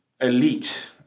elite